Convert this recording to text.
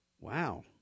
Wow